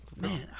Man